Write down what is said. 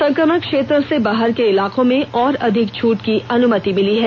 संक्रमण क्षेत्र से बाहर के इलाकों में और अधिक छूट की अनुमति मिली है